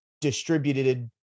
distributed